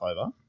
over